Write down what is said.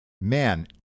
man